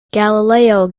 galileo